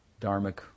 dharmic